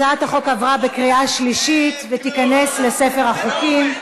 הצעת החוק עברה בקריאה שלישית ותיכנס לספר החוקים.